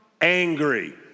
angry